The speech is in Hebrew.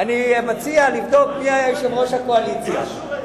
אני מציע לבדוק מי היה יושב-ראש הקואליציה.